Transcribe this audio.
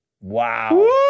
Wow